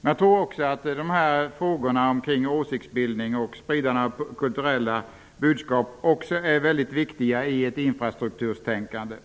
Men jag tror att också åsiktsbildningen och spridandet av kulturella budskap är mycket viktiga faktorer i infrastrukturtänkandet.